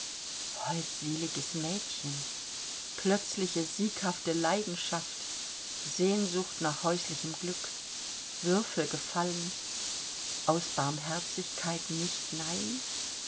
holdseliges mädchen plötzliche sieghafte leidenschaft sehnsucht nach häuslichem glück würfel gefallen aus barmherzigkeit nicht nein